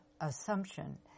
assumption